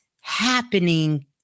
happening